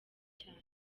cyane